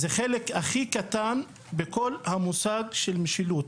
זה החלק הכי קטן בכל המושג של משילות.